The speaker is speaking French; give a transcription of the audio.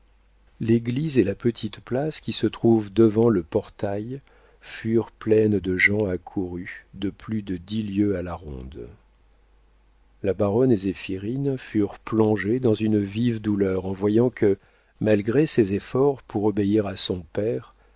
l'église et la petite place qui se trouve devant le portail furent pleines de gens accourus de plus de dix lieues à la ronde la baronne et zéphirine furent plongées dans une vive douleur en voyant que malgré ses efforts pour obéir à son père